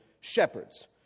shepherds